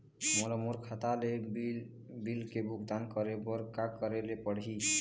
मोला मोर खाता ले बिल के भुगतान करे बर का करेले पड़ही ही?